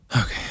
Okay